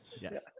Yes